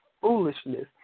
foolishness